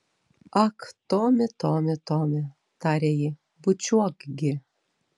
ak tomi tomi tomi tarė ji bučiuok gi